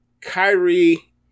Kyrie